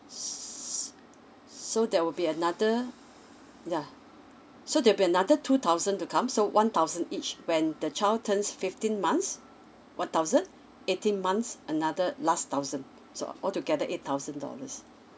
s~ so there will be another yeah so there will be another two thousand to come so one thousand each when the child turns fifteen months one thousand eighteen months another last thousand so of all together eight thousand dollars